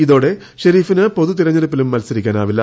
ഇതോടെ ഷെരീഫിന് പൊതുതെരഞ്ഞെടുപ്പിലും മത്സരിക്കാനാവില്ല